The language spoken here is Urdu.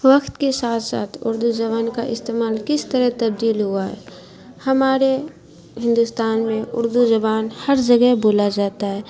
وقت کے ساتھ ساتھ اردو زبان کا استعمال کس طرح تبدیل ہوا ہے ہمارے ہندوستان میں اردو زبان ہر جگہ بولا جاتا ہے